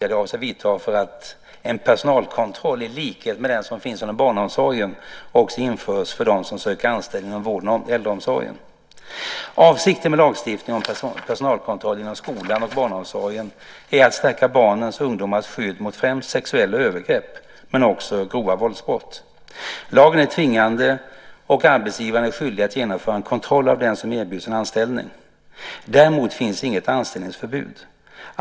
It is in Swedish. Herr talman! Helena Höij har frågat mig vilka åtgärder jag avser vidta för att en personalkontroll i likhet med den som finns i barnomsorgen också införs för dem som söker anställning inom vården och äldreomsorgen. Avsikten med lagstiftningen om personalkontroll inom skolan och barnomsorgen är att stärka barns och ungdomars skydd mot främst sexuella övergrepp men också grova våldsbrott. Lagen är tvingande och arbetsgivaren är skyldig att genomföra en kontroll av den som erbjuds en anställning. Däremot finns inget anställningsförbud.